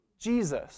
Jesus